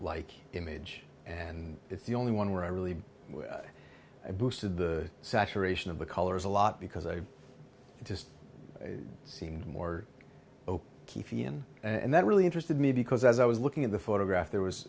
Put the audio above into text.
like image and it's the only one where i really i boosted the saturation of the colors a lot because they just seemed more open and that really interested me because as i was looking at the photograph there